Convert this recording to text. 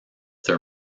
their